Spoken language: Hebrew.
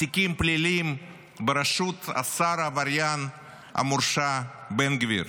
תיקים פליליים בראשות השר העבריין המורשע בן גביר,